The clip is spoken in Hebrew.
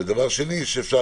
ושנית,